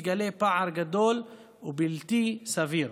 מתגלה פער גדול ובלתי סביר.